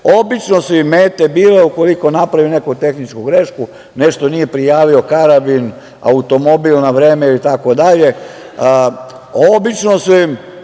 itd. Obično su im mete bile, ukoliko napravi neku tehničku grešku, nešto nije prijavio, karabin, automobil, na vreme itd, obično su im